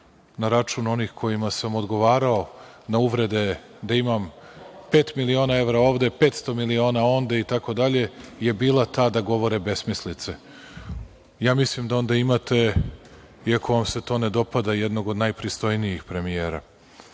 na račun onih kojima sam odgovarao na uvrede da imam pet miliona evra ovde, 500 miliona onde itd, je bila ta da govore besmislice. Ja mislim da onda imate, iako vam se to ne dopada, jednog od najpristojnijih premijera. Takođe,